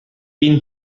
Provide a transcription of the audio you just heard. been